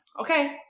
okay